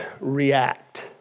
react